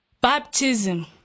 Baptism